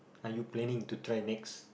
are you planning to try next